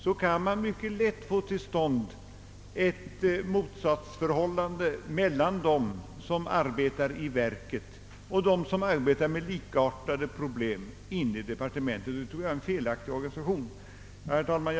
Det kan annars mycket lätt uppstå ett motsatsförhållande mellan dem som arbetar i verket och dem som arbetar med likartade problem i departementet, motsatser som beror på en felaktig organisation. Herr talman!